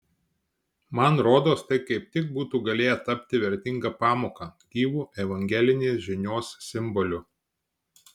man rodos tai kaip tik būtų galėję tapti vertinga pamoka gyvu evangelinės žinios simboliu